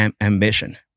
Ambition